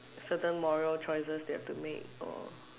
certain moral choices they have to make or